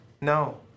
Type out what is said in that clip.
No